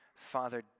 Father